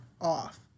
off